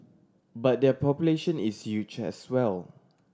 but their population is huge as well